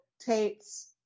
Tate's